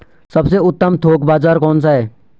सबसे उत्तम थोक बाज़ार कौन सा है?